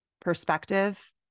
perspective